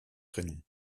prénoms